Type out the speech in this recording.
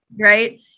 right